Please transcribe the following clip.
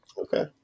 Okay